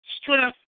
strength